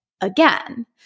again